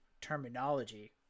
terminology